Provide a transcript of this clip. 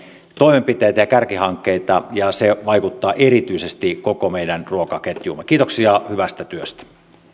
toimenpiteitä ja kärkihankkeita ja se vaikuttaa erityisesti koko meidän ruokaketjuumme kiitoksia hyvästä työstä